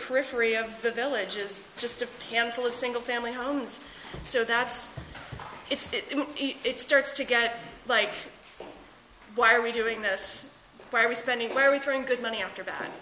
periphery of the villages just a pencil of single family homes so that's it's it starts to get like why are we doing this why are we spending where we turned good money after bad